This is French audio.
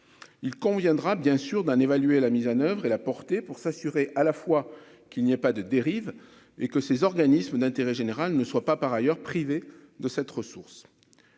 il conviendra bien sûr d'un évaluer la mise en oeuvre et la portée pour s'assurer à la fois, qui n'est pas de dérive et que ces organismes d'intérêt général ne soit pas par ailleurs privé de cette ressource,